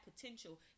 potential